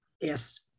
Yes